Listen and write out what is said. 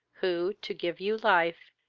who, to give you life,